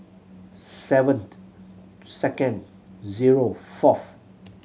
sevened second zero fourth